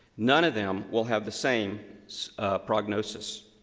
none of them will have the same prognosis.